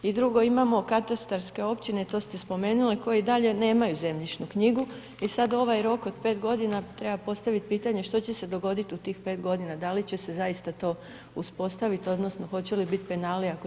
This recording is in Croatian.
I drugo, imamo katastarske općine, to ste spomenuli koji dalje nemaju zemljišnu knjigu i sad ovaj rok od 5 godina treba postaviti pitanje što će se dogoditi u tih 5 godina da li će se zaista to uspostaviti odnosno hoće li biti penali ako se ne uspostavi.